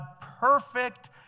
perfect